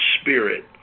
Spirit